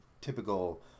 typical